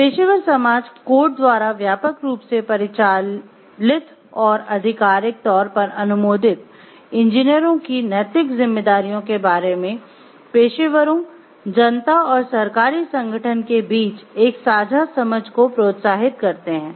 पेशेवर समाज कोड द्वारा व्यापक रूप से परिचालित और आधिकारिक तौर पर अनुमोदित इंजीनियरों की नैतिक जिम्मेदारियों के बारे में पेशेवरों जनता और सरकारी संगठन के बीच एक साझा समझ को प्रोत्साहित करते हैं